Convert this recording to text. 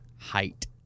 height